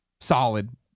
solid